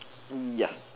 ya